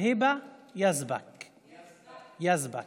כבוד היושב-ראש,